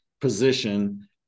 position